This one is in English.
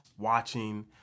Watching